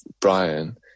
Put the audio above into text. Brian